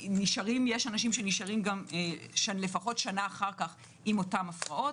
יש אנשים שנשארים לפחות שנה אחר כך עם אותן הפרעות.